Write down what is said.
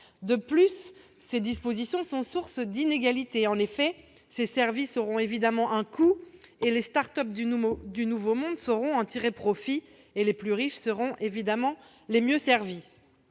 De plus, ces dispositions sont source d'inégalités : ces services auront un coût, les start-up du « nouveau monde » sauront en tirer profit, et les plus riches seront bien sûr les mieux servis.